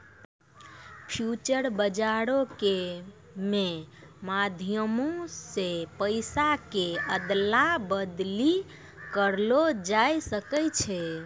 future बजारो के मे माध्यमो से पैसा के अदला बदली करलो जाय सकै छै